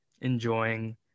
enjoying